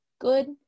good